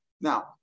Now